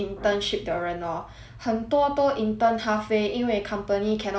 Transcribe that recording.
很多都 intern halfway 因为 company cannot afford orh they end up like